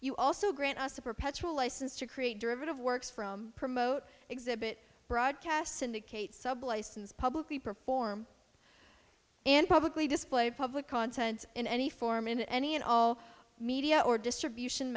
you also grant us a perpetual license to create derivative works from promote exhibit broadcast syndicate sublicense publicly perform and publicly display public content in any form in any and all media or distribution